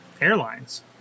airlines